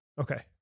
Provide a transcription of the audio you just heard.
Okay